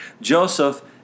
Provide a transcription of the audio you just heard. Joseph